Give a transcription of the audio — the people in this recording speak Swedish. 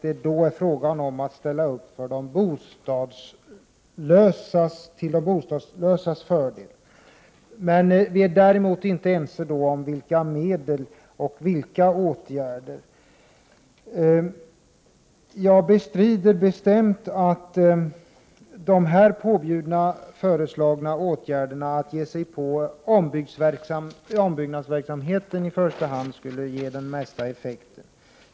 Det är då fråga om att ställa upp till fördel för de bostadslösa. Vi är däremot inte ense om vilka medel man skall använda och vilka åtgärder man skall vidta. Jag bestrider bestämt att de här föreslagna åtgärderna, att i första hand ge sig på ombyggnadsverksamheten, skulle ge den största effekten.